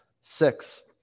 six